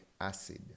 acid